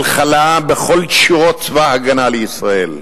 וחלחלה בכל שורות צבא-הגנה לישראל.